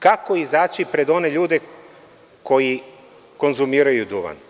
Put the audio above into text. Kako izaći pred one ljude koji konzumiraju duvan?